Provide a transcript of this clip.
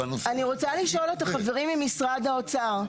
אני רוצה לשאול את החברים ממשרד האוצר.